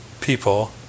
people